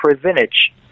privilege